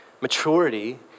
Maturity